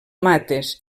mates